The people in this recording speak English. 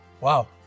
wow